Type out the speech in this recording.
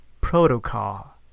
protocol